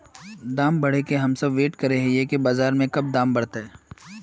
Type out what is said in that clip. दाम बढ़े के हम सब वैट करे हिये की कब बाजार में दाम बढ़ते?